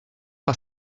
par